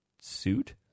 suit